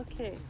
Okay